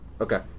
Okay